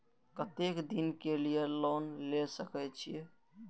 केते दिन के लिए लोन ले सके छिए?